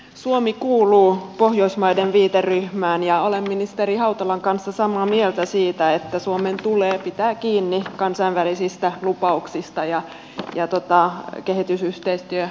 suomi kuuluu pohjoismaiden viiteryhmään ja olen ministeri hautalan kanssa samaa mieltä siitä että suomen tulee pitää kiinni kansainvälisistä lupauksista ja kehitysyhteistyömäärärahoista